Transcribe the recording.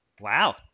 wow